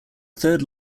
third